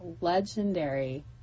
legendary